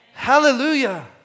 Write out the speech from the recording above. Hallelujah